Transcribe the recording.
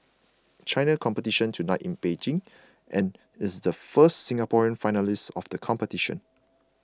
China competition tonight in Beijing and is the first Singaporean finalist of the competition